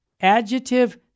adjective